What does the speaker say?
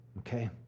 Okay